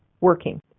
working